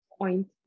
point